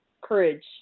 courage